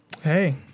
Hey